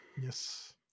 Yes